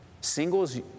Singles